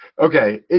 Okay